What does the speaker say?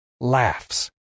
laughs